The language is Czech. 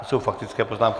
To jsou faktické poznámky.